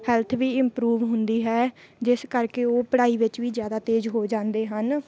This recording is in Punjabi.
ਹੈਲਥ ਵੀ ਇੰਪਰੂਵ ਹੁੰਦੀ ਹੈ ਜਿਸ ਕਰਕੇ ਉਹ ਪੜ੍ਹਾਈ ਵਿੱਚ ਵੀ ਜ਼ਿਆਦਾ ਤੇਜ਼ ਹੋ ਜਾਂਦੇ ਹਨ